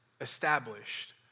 established